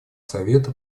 совета